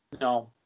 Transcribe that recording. No